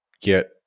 get